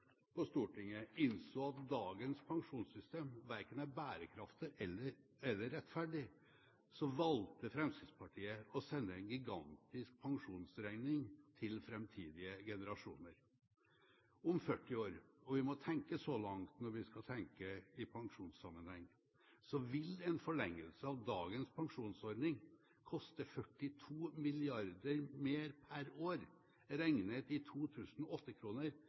på Stortinget innså at dagens pensjonssystem verken er bærekraftig eller rettferdig, valgte Fremskrittspartiet å sende en gigantisk pensjonsregning til framtidige generasjoner. Om 40 år, og vi må tenke så langt i pensjonssammenheng, vil en forlengelse av dagens pensjonsordning koste 42 mrd. kr mer per år regnet i